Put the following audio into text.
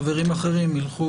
חברים אחרים ילכו לעבוד.